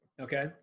Okay